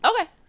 Okay